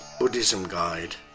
buddhismguide